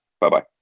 Bye-bye